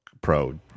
Pro